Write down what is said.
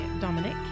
Dominic